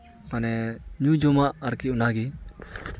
ᱢᱟᱱᱮ ᱱᱩᱭ ᱡᱚᱢᱟᱜ ᱟᱨᱠᱤ ᱚᱱᱟᱜᱮ